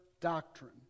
doctrine